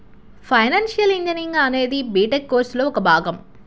financial engineering అనేది B Tech కోర్సులో ఒక భాగం